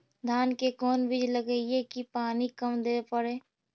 धान के कोन बिज लगईऐ कि पानी कम देवे पड़े?